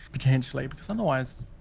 potentially because otherwise,